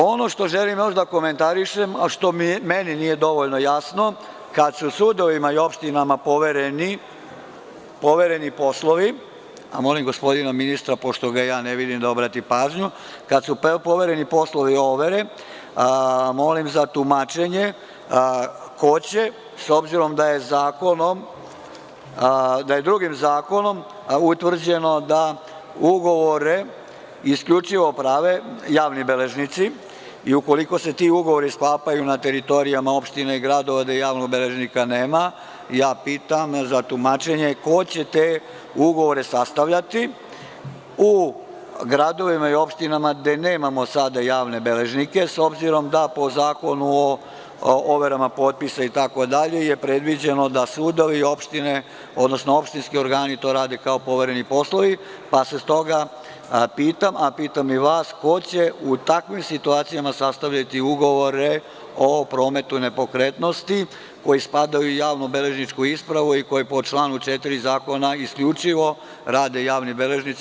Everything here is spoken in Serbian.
Ono što želim još da komentarišem, a što meni nije dovoljno jasno, kada su u sudovima i opštinama povereni poslovi, a molim gospodina ministra pošto ga ne vidim da obrati pažnju, overe, molim za tumačenje, ko će, s obzirom da je drugim zakonom utvrđeno da ugovore isključivo prave javni beležnici, i ukoliko se ti ugovori sklapaju na teritorijama opština i gradova gde javnog beležnika nema, pitam za tumačenje - ko će te ugovore sastavljati u gradovima i opštinama gde nemamo sada javne beležnike, s obzirom da po Zakonu o overama potpisa itd, je predviđeno da sudovi i opštine, odnosno opštinski organi to rade kao poverene poslove, pa stoga pitam, a pitam i vas – ko će u takvim situacijama sastavljati ugovore o prometu nepokretnosti koji spadaju u javno-beležničku ispravu i koje po članu 4. Zakona isključivo rade javni beležnici?